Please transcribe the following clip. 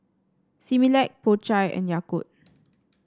Similac Po Chai and Yakult